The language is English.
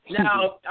Now